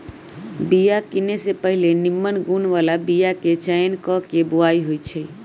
बिया किने से पहिले निम्मन गुण बला बीयाके चयन क के बोआइ होइ छइ